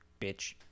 Bitch